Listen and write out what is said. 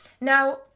Now